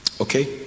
Okay